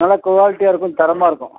நல்லா குவாலிட்டியாக இருக்கும் தரமாக இருக்கும்